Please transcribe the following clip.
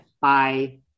Bye